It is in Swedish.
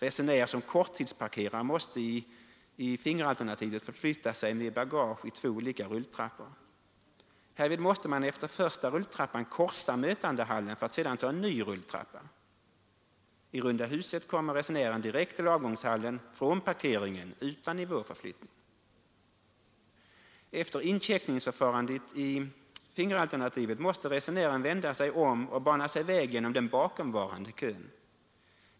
Resenär som korttidsparkerar måste i fingeralternativet förflytta sig med bagage i två olika rulltrappor. Härvid måste man efter första rulltrappan korsa mötandehallen för att sedan ta en ny rulltrappa. I runda huset kommer resenären direkt till avgångshallen från parkeringen utan nivåförflyttning. Efter incheckningsförfarandet i fingeralternativet måste resenären vända sig om och bana sig väg genom den bakomvarande kön.